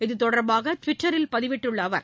இது தொடர்பாகட்விட்டரில் பதிவிட்டுள்ளஅவர்